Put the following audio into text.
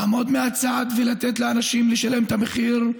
לעמוד מהצד ולתת לאנשים לשלם את המחיר.